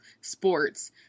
sports